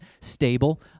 stable